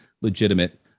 legitimate